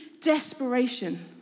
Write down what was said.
desperation